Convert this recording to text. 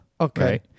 Okay